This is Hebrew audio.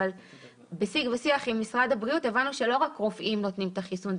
אבל בשיג ושיח עם משרד הבריאות הבנו שלא רק רופאים נותנים את החיסון.